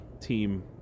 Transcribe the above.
team